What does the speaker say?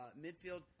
midfield